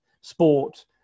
sport